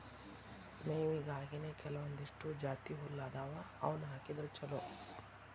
ಮೇವಿಗಾಗಿನೇ ಕೆಲವಂದಿಷ್ಟು ಜಾತಿಹುಲ್ಲ ಅದಾವ ಅವ್ನಾ ಹಾಕಿದ್ರ ಚಲೋ